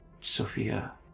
Sophia